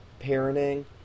Parenting